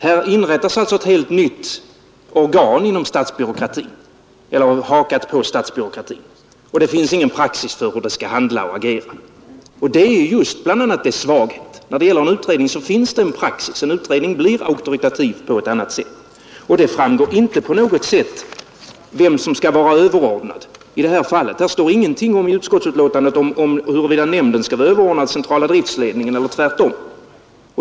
Det inrättas alltså ett helt nytt statligt organ, hakat på statsbyråkratin, och det finns ingen praxis för hur det skall handla och agera. Det är bl.a. detta som är svagheten. När det gäller en utredning finns det en praxis — en utredning blir auktoritativ på ett annat sätt. Och det framgår inte på något sätt vem som skall vara överordnad i detta fall. Här står ingenting i utskottsbetänkandet om huruvida nämnden skall vara överordnad centrala driftledningen eller tvärtom.